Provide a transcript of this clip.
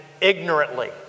ignorantly